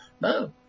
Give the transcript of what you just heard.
No